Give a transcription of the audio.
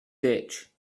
ditch